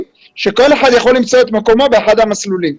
כאשר כל אחד יכול למצוא את מקומו באחד המסלולים.